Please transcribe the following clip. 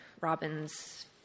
Robin's